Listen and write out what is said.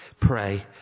Pray